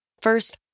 First